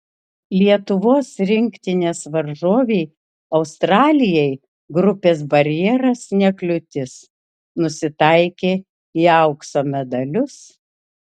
lietuvos rinktinės varžovei australijai grupės barjeras ne kliūtis nusitaikė į aukso medalius